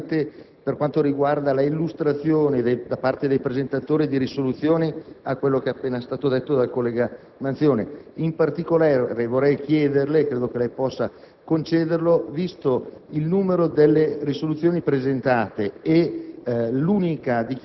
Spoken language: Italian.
mi riconosco completamente per quanto riguarda l'illustrazione da parte dei presentatori di proposte di risoluzione in quanto è stato appena detto dal collega Manzione. In particolare, vorrei chiederle - e credo che lei possa concederlo - visto il numero delle proposte presentate e